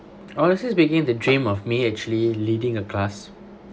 honestly speaking the dream of me actually leading a class